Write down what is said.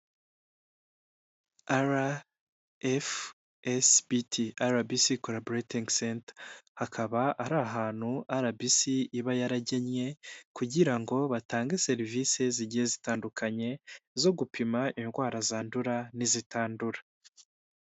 RFSBT RBC koraboretingi senta, akaba ari ahantu RBC iba yaragennye kugira ngo batange serivisi zigiye zitandukanye zo gupima indwara zandura n'izitandura.